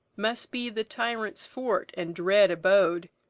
must be the tyrant's fort and dread abode.